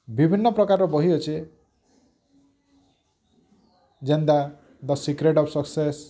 ବିଭିନ୍ନ ପ୍ରକାରର ବହି ଅଛେ ଯେନ୍ତା ଦ ସିକ୍ରେଟ୍ ଅଫ୍ ସକ୍ସେସ୍